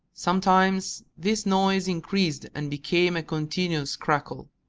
sometimes this noise increased and became a continuous crackle.